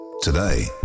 Today